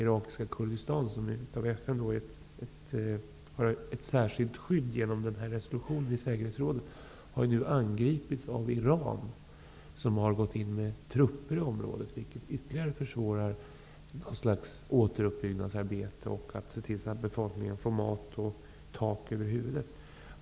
Irakiska Kurdistan har ju ett särskilt skydd genom resolutionen i säkerhetsrådet. Man har nu blivit angripen av Iran som gått in med trupper i området, vilket ytterligare försvårar återuppbyggnadsarbetet och gjort det svårare för befolkningen att få mat och tak över huvudet.